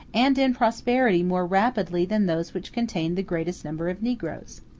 and in prosperity more rapidly than those which contained the greatest number of negroes.